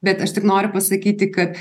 bet aš tik noriu pasakyti kad